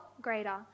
greater